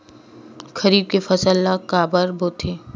खरीफ के फसल ला काबर बोथे?